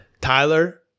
Tyler